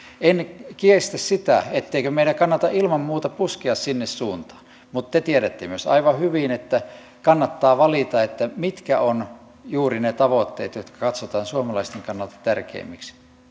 en kiistä sitä etteikö meidän kannata ilman muuta puskea sinne suuntaan mutta te tiedätte myös aivan hyvin että kannattaa valita mitkä ovat juuri ne tavoitteet jotka katsotaan suomalaisten kannalta tärkeimmiksi